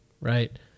right